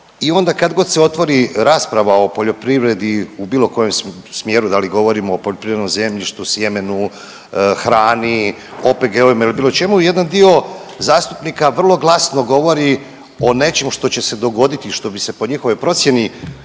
I onda kad god se otvori rasprava o poljoprivredi u bilo kojem smjeru, da li govorimo o poljoprivrednom zemljištu, sjemenu, hrani, OPG-ovima ili bilo čemu jedan dio zastupnika vrlo glasno govori o nečemu što će se dogoditi, što bi se po njihovoj procjeni